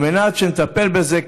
על מנת שנטפל בזה,